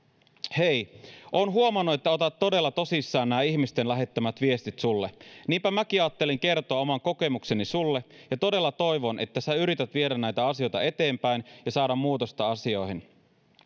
hei oon huomannut että otat todella tosissaan nää ihmisten lähettämät viestit sulle niinpä mäkin aattelin kertoa oman kokemukseni sulle ja todella toivon että sä yrität viedä näitä asioita eteenpäin ja saada muutosta asioihin